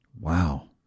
Wow